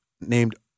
named